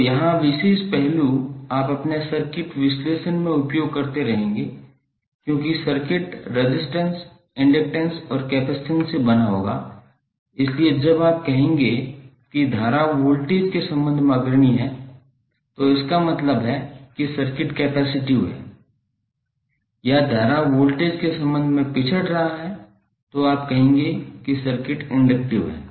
तो यह विशेष पहलू आप अपने सर्किट विश्लेषण में उपयोग करते रहेंगे क्योंकि सर्किट रेजिस्टेंस इंडक्टैंस और कपसिटंस से बना होगा इसलिए जब आप कहेंगे कि धारा वोल्टेज के संबंध में अग्रणी है तो इसका मतलब है कि सर्किट कैपेसिटिव है या धारा वोल्टेज के संबंध में पिछड़ रहा है आप कहेंगे कि सर्किट इंडक्टिव है